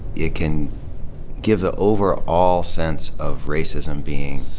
it can give the overall sense of racism being